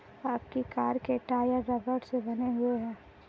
आपकी कार के टायर रबड़ से बने हुए हैं